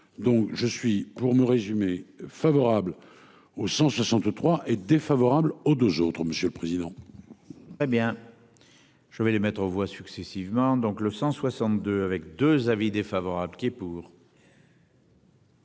Donc je suis pour me résumer favorable aux 163 et défavorable aux deux autres, monsieur le président. Hé bien. Je vais les mettre aux voix successivement donc le 162 avec 2 avis défavorable qui. Pour.